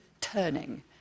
turning